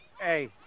Hey